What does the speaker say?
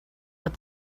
what